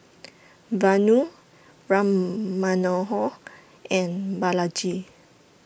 Vanu Ram Manohar and Balaji